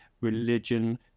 religion